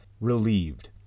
relieved